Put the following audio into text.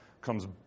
comes